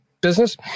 business